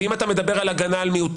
ואם אתה מדבר על הגנה על מיעוטים,